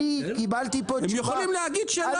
אני קיבלתי פה תשובה --- הם יכולים להגיד שלא.